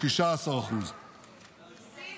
19%. מיסים,